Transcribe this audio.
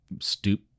stoop